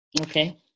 Okay